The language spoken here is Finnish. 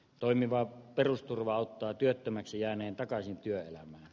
toimivaa perusturva auttaa työttömäksi jääneen takaisin työelämään